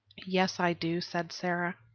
yes, i do, said sara.